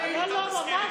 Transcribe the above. זה לא נכון.